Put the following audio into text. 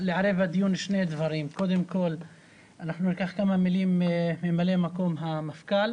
לערב שני דברים בדיון ניקח כמה מילים של ממלא מקום המפכ"ל